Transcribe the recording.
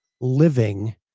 living